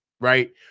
right